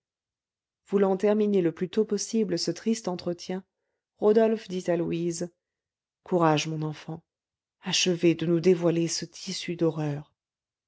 voulant terminer le plus tôt possible ce triste entretien rodolphe dit à louise courage mon enfant achevez de nous dévoiler ce tissu d'horreurs